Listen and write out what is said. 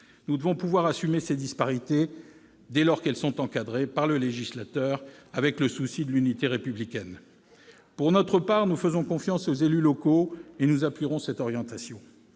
Nous devons pouvoir assumer ces disparités, dès lors qu'elles sont encadrées par le législateur, avec le souci de l'unité républicaine. Très bien ! Pour notre part, nous faisons confiance aux élus locaux et nous appuierons cette orientation.